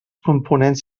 components